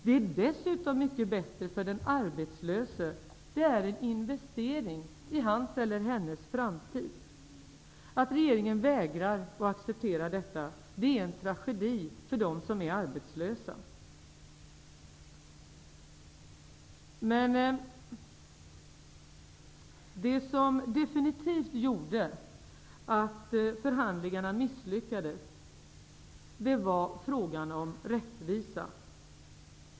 Det är dessutom mycket bättre för den arbetslöse, eftersom det är en investering i hans eller hennes framtid. Att regeringen vägrar att acceptera detta är en tragedi för dem som är arbetslösa. Men det som definitivt gjorde att förhandlingarna misslyckades var frågan om rättvisa.